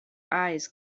eyes